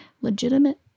legitimate